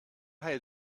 had